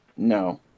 No